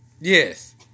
Yes